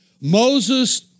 Moses